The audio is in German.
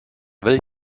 will